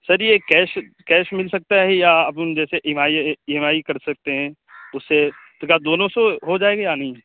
سر یہ cash cash مل سکتا ہے یا اپن جیسے ای ایم آئی کر سکتے ہیں اس سے تو کیا دونوں سے ہو جائے گا یا نہیں